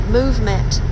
movement